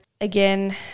again